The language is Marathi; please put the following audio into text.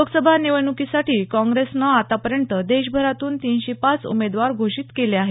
लोकसभा निवडणुकीसाठी काँग्रेसनं आतापर्यंत देशभरातून तीनशे पाच उमेदवार घोषीत केले आहेत